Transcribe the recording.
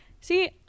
See